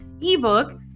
ebook